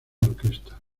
orquesta